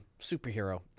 superhero